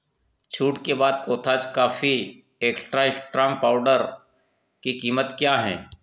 छूट के बाद कोथाज काफ़ी एक्श्ट्रा श्ट्रांग पाउडर की कीमत क्या है